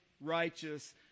righteous